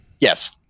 Yes